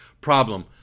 problem